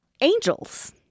Angels